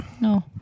No